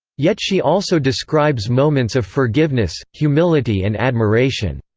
yet she also describes moments of forgiveness, humility and admiration.